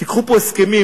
תיקחו פה הסכמים,